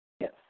Yes